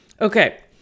Okay